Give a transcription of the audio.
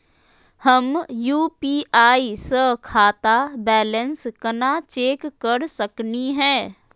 हम यू.पी.आई स खाता बैलेंस कना चेक कर सकनी हे?